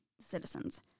citizens